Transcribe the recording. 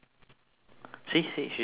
see see she told me the same thing